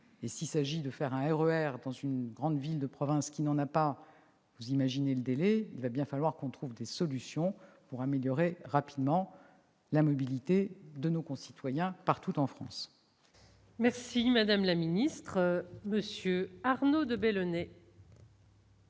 S'il s'agit de créer un RER dans une grande ville de province qui n'en a pas, vous imaginez le délai ... Il va bien falloir qu'on trouve des solutions pour améliorer rapidement la mobilité de nos concitoyens, partout en France ! La parole est à M. Arnaud de Belenet,